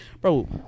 bro